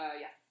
yes